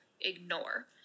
ignore